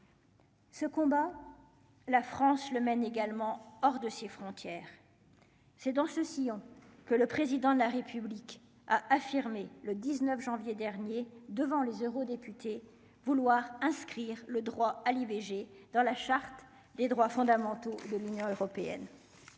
Ce combat, la France le mène également hors de ses frontières, c'est dans ceci on que le président de la République, a affirmé le 19 janvier dernier devant les eurodéputés, vouloir inscrire le droit à l'IVG dans la charte des droits fondamentaux de l'Union européenne.